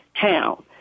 town